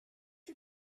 you